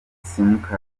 simukadi